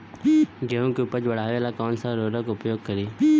गेहूँ के उपज बढ़ावेला कौन सा उर्वरक उपयोग करीं?